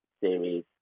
series